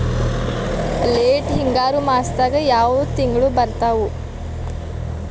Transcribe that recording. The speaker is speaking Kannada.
ಲೇಟ್ ಹಿಂಗಾರು ಮಾಸದಾಗ ಯಾವ್ ತಿಂಗ್ಳು ಬರ್ತಾವು?